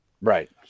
Right